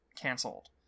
canceled